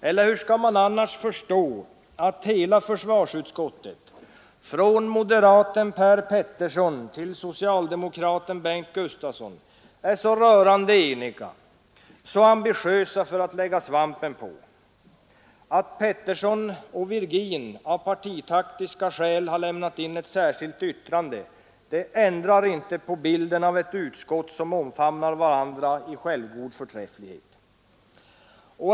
Eller hur skall man annars förstå att hela försvarsutskottet från moderaten Per Petersson till socialdemokraten Bengt Gustavsson är så rörande eniga, så ambitiösa för att lägga svampen på? Att Petersson och Virgin av partitaktiska skäl har lämnat in ett särskilt yttrande ändrar inte bilden av ett utskott i vilket man omfamnar varandra i självgod förträfflighet.